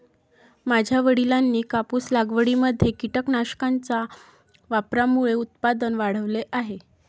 माझ्या वडिलांनी कापूस लागवडीमध्ये कीटकनाशकांच्या वापरामुळे उत्पादन वाढवले आहे